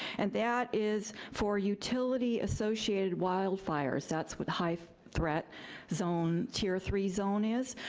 and that is for utility associated wildfires. that's what high threat zone tier three zone is.